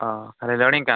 ହଁ ଖାଲି ଲୋଡିଙ୍ଗ୍ କାମ